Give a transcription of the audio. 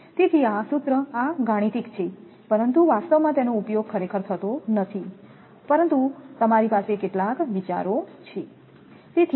તેથી આ સૂત્ર આ ગણિત છે પરંતુ વાસ્તવમાં તેનો ઉપયોગ ખરેખર થતો નથી પરંતુ તમારી પાસે કેટલાક વિચારો છે